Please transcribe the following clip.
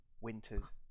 winters